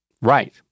Right